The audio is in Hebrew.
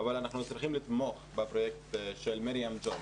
אבל אנחנו צריכים לתמוך בפרויקט של 'מרים ג'וי',